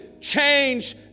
change